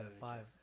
five